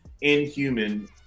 inhuman